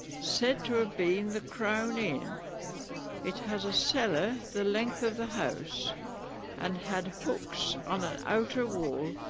said to have been the crown inn it has a cellar the length of the house and had hooks on an outer wall.